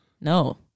no